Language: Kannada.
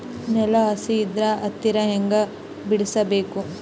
ನೆಲ ಹಸಿ ಇದ್ರ ಹತ್ತಿ ಹ್ಯಾಂಗ ಬಿಡಿಸಬೇಕು?